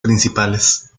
principales